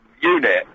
unit